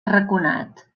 arraconat